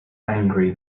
angry